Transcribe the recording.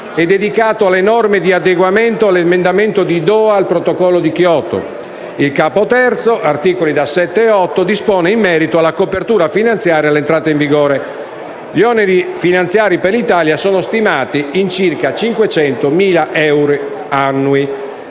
è dedicato alle norme di adeguamento all'emendamento di Doha al Protocollo di Kyoto; il Capo III (articoli 7 e 8) dispone in merito alla copertura finanziaria e all'entrata in vigore. Gli oneri finanziari per l'Italia sono stimati in circa 500.000 euro annui.